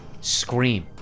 scream